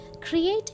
Create